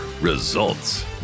results